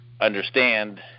understand